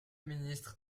ministre